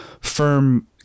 firm